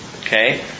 Okay